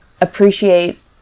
Appreciate